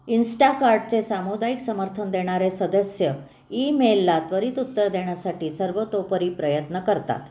इन्स्टाकार्टचे सामुदायिक समर्थन देणारे सदस्य ईमेलला त्वरित उत्तर देण्यासाठी सर्वतोपरी प्रयत्न करतात